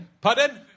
pardon